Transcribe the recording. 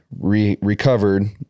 recovered